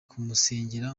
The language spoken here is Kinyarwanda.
kumusengera